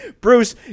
Bruce